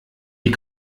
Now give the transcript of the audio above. die